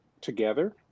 together